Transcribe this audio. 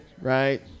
right